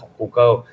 Google